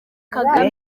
kagame